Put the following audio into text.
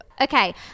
Okay